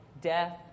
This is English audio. death